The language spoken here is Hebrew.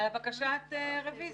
על בקשת הרביזיה.